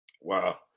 wow